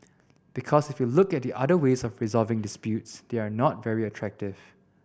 because if you look at the other ways of resolving disputes they are not very attractive